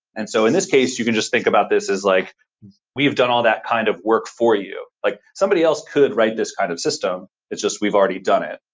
and so in this case, you can just think about this as like we've done all that kind of work for you. like somebody else could write this kind of system. it's just we've already done it.